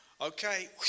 okay